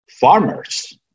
farmers